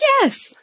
Yes